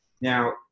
Now